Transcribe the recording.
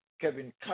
Kevin